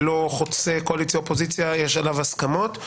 לא חוצה קואליציה ואופוזיציה אלא יש עליו הסכמות,